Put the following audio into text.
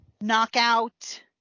knockout